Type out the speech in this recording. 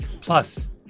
Plus